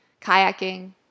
kayaking